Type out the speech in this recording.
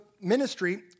ministry